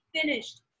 finished